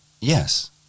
Yes